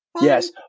Yes